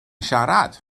siarad